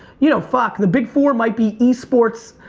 you know, fuck the big four might be esports,